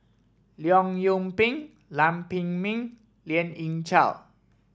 Leong Yoon Pin Lam Pin Min and Lien Ying Chow